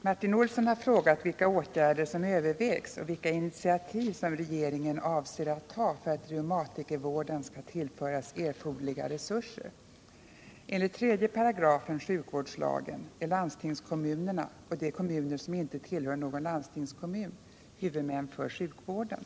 Herr talman! Martin Olsson har frågat vilka åtgärder som övervägs och vilka initiativ som regeringen avser att ta för att reumatikervården skall tillföras erforderliga resurser. kommuner som inte tillhör någon landstingskommun huvudmän för Nr 46 sjukvården.